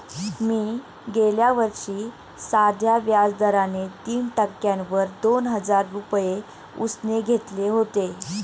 मी गेल्या वर्षी साध्या व्याज दराने तीन टक्क्यांवर दोन हजार रुपये उसने घेतले होते